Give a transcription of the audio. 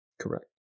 Correct